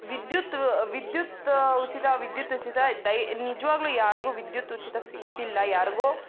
ವಿದ್ಯುತ್ ವಿದ್ಯುತ್ ಉಚಿತ ವಿದ್ಯುತ್ ಉಚಿತ ದಯ ನಿಜವಾಗ್ಲು ಯಾರಿಗೂ ವಿದ್ಯುತ್ ಉಚಿತ ಸಿಗ್ತಿಲ್ಲ ಯಾರಿಗೋ